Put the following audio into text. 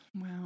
Wow